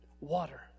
water